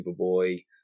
Superboy